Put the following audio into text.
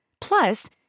Plus